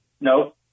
No